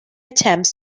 attempts